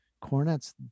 cornets